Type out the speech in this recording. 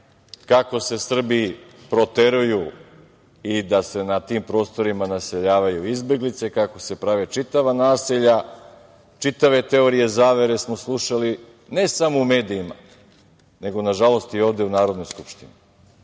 kako se Srbi proteruju i da se na tim prostorima naseljavaju izbeglice, kako se prave čitava naselja. Čitave teorije zavere smo slušali, ne samo u medijima, nego, nažalost i ovde u Narodnoj skupštini.